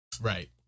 Right